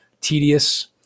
tedious